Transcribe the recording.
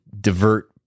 divert